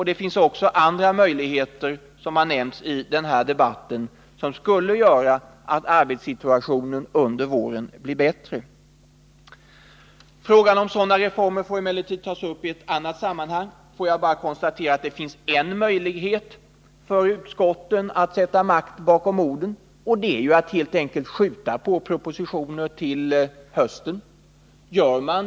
Det finns också, som redan har nämnts i debatten, andra möjligheter, vilka skulle bidra till att arbetssituationen under våren blir bättre. Frågan om sådana reformer får emellertid tas upp i annat sammanhang. Låt mig bara konstatera att det finns en möjlighet för utskotten att sätta makt bakom orden, nämligen att helt enkelt skjuta på propositioner till hösten.